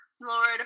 Lord